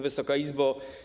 Wysoka Izbo!